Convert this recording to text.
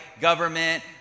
government